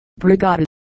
Brigada